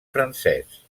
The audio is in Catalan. francès